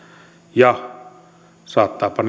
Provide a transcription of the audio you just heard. ja saattaapa